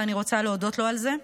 ואני רוצה להודות לו על זה.